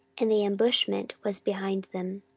and the ambushment was behind them.